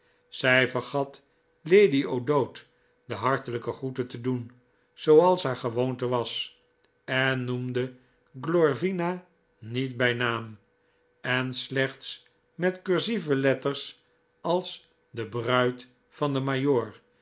zij vergat lady o'dowd de hartelijke groeten te doen zooals haar gewoonte was en noemde glorvina niet bij naam en slechts met cursieve letters als de braid van den